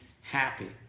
happy